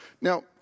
Now